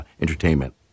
entertainment